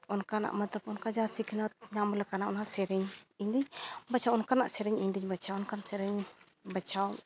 ᱚᱱᱠᱟᱱᱟᱜ ᱢᱟᱛᱚ ᱚᱱᱠᱟ ᱡᱟᱦᱟᱸ ᱥᱤᱠᱷᱱᱟᱹᱛ ᱧᱟᱢ ᱞᱮᱠᱟᱱᱟᱜ ᱚᱱᱟ ᱥᱮᱨᱮᱧ ᱤᱧᱫᱩᱧ ᱵᱟᱪᱷᱟᱣᱟ ᱚᱱᱠᱟᱣᱟᱜ ᱥᱮᱨᱮᱧ ᱤᱧᱫᱩᱧ ᱵᱟᱪᱷᱟᱣᱟ ᱚᱱᱠᱟᱱ ᱥᱮᱨᱮᱧ ᱵᱟᱪᱷᱟᱣ